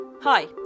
Hi